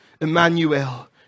Emmanuel